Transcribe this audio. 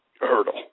hurdle